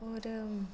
होर